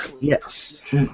yes